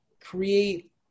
create